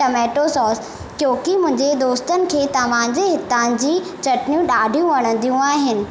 tomato सोंस छोकी मुंहिंजे दोस्तनि खे तव्हां जे हितां जी चटनियूं ॾाढियूं वणंदियूं आहिनि